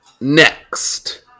next